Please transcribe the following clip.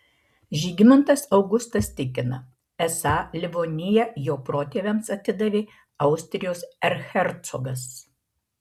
žygimantas augustas tikina esą livoniją jo protėviams atidavė austrijos erchercogas